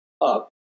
up